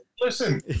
Listen